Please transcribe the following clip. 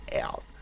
out